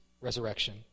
resurrection